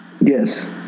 Yes